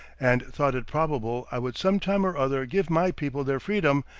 and thought it probable i would some time or other give my people their freedom,